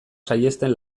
saihesten